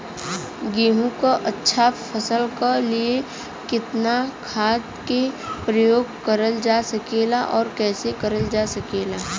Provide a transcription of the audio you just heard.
गेहूँक अच्छा फसल क लिए कितना खाद के प्रयोग करल जा सकेला और कैसे करल जा सकेला?